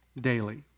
daily